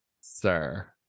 sir